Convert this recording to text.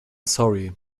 sorry